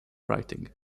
writing